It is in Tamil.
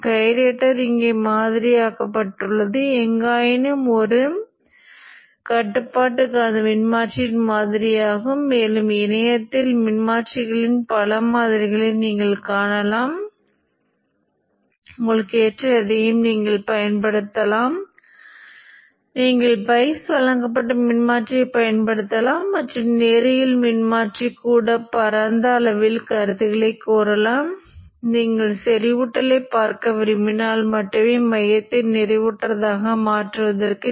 இது 0 க்கு கீழே செல்லும் என்று எண்ணுவதற்கு கீழே போகலாம் இது அதிக எதிர்மறை மிகவும் குறுகிய நேரம் பின்னர் நீங்கள் மின்னோட்டத்தை துண்டிக்கிறீர்கள் அது எனவே ஒரு எதிர்மறை என்றால் இங்கு தூண்டப்படும் மின்னழுத்தம் துருவமுனைப்பை மாற்றும்